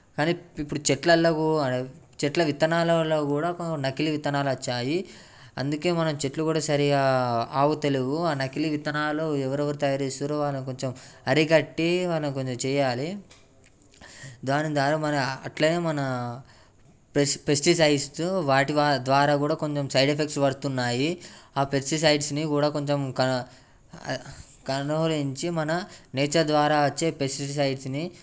కానీ ఇప్పుడు చెట్లలలో పోవాలి చెట్ల విత్తనాలు కూడా నకిలీ విత్తనాలు వచ్చాయి అందుకే మనం చెట్లు కూడా సరిగా ఆవుతలేవు నకిలీ విత్తనాలు ఎవరెవరు తయారు చేస్తుర్రో వాళ్ళని కొంచెం అరికట్టి మనకు కొంచెం చేయాలి దాని ద్వారా అట్లనే మన పెస్టి పెస్టిసైడ్స్ వాటి ద్వారా కూడా కొంచెం సైడ్ ఎఫెక్ట్స్ పడుతున్నాయి ఆ పెస్టిసైడ్స్ని కూడా కొంచెం కనువరించి మన నేచర్ ద్వారా వచ్చే పెస్టిసైడ్స్ని